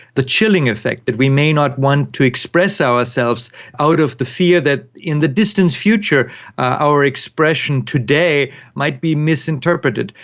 the chilling effect, that we may not want to express ourselves out of the fear that in the distant future our expression today might be misinterpreted.